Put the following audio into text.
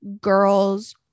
girls